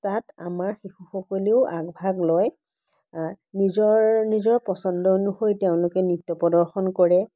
তাত আমাৰ শিশুসকলেও আগভাগ লয় নিজৰ নিজৰ পচন্দ অনুসৰি তেওঁলোকে নৃত্য প্ৰদৰ্শন কৰে